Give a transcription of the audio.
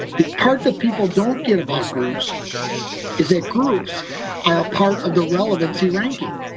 the part that people don't get about groups is that groups are a part of the relevancy ranking.